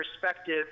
perspective